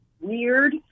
weird